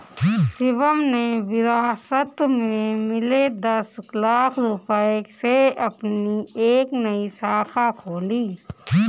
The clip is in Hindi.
शिवम ने विरासत में मिले दस लाख रूपए से अपनी एक नई शाखा खोली